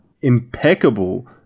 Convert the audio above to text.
impeccable